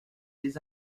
les